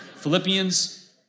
Philippians